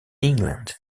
england